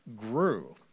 grew